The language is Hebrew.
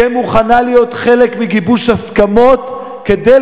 תהיה מוכנה להיות חלק מגיבוש הסכמות כדי